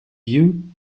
you